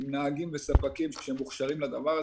עם נהגים וספקים שהם מוכשרים לדבר הזה,